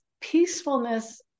peacefulness